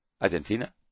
Argentina